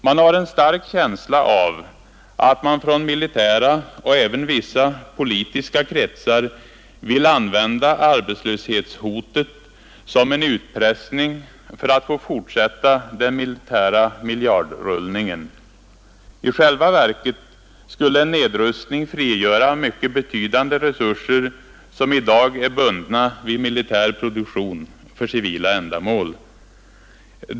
Man har en stark känsla av att militära och även politiska kretsar vill använda arbetslöshetshotet som en utpressning för att få fortsätta den militära miljardrullningen. I själva verket skulle en nedrustning frigöra mycket betydande resurser, som i dag är bundna vid militär produktion, för civila ändamål.